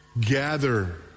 Gather